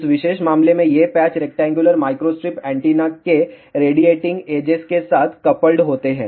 इस विशेष मामले में ये पैच रेक्टेंगुलर माइक्रोस्ट्रिप एंटीना के रेडिएटिंग एजेस के साथ कपल्ड होते हैं